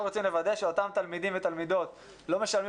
אנחנו רוצים לוודא שהתלמידים והתלמידות לא משלמים